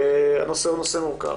הנושא הוא נושא מורכב.